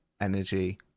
energy